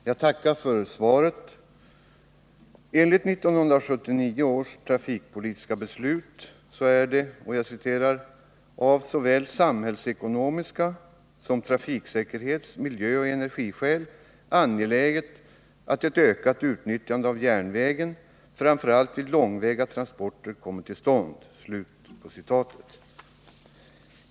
Herr talman! Jag tackar för svaret. Enligt 1979 års trafikpolitiska beslut är det ”av såväl samhällsekonomiska som trafiksäkerhets-, miljöoch energiskäl angeläget att ett ökat utnyttjande av järnvägen, framför allt vid långväga transporter, kommer till stånd”.